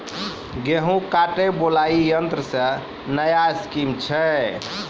गेहूँ काटे बुलाई यंत्र से नया स्कीम छ?